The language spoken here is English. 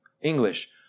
English